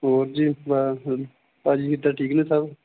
ਹੋਰ ਜੀ ਭਾਅ ਜੀ ਕਿੱਦਾਂ ਠੀਕ ਨੇ ਸਭ